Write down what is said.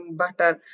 butter